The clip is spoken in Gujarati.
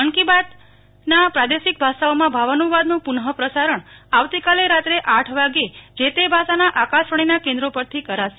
મન કી બાતના પ્રાદેશિક ભાષાઓમાં ભાવાનુંવાદનું પુનઃપ્રસારણ આવતીકાલે રાત્રે આઠ વાગ્યે જે તે ભાષાના આકાશવાણીના કેન્દ્રો પરથો કરાશે